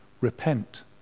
repent